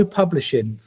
publishing